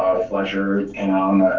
ah flusher and on